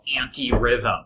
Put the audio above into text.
anti-rhythm